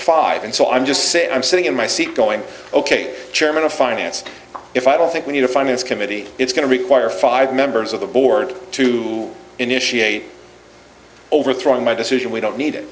five and so i'm just saying i'm sitting in my seat going ok chairman of finance if i don't think we need a finance committee it's going to require five members of the board to initiate overthrowing my decision we don't need